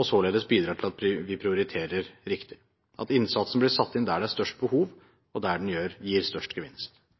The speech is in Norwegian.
og således bidrar til at vi prioriterer riktig, slik at innsatsen blir satt inn der det er størst